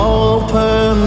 open